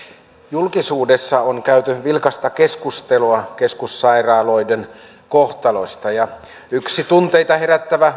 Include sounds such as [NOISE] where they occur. julkisuudessa on käyty vilkasta keskustelua keskussairaaloiden kohtalosta ja yksi tunteita herättävä [UNINTELLIGIBLE]